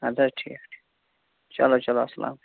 اَدٕ حظ ٹھیٖک ٹھیٖک چلو چلو اَسلام علیکُم